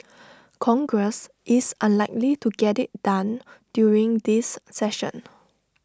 congress is unlikely to get IT done during this session